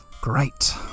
Great